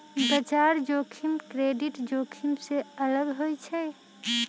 बजार जोखिम क्रेडिट जोखिम से अलग होइ छइ